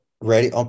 ready